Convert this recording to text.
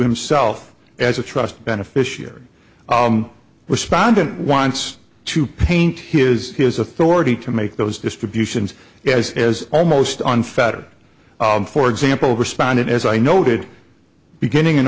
himself as a trustee beneficiary respondent wants to paint his his authority to make those distributions as as almost on fatter for example respondent as i noted beginning in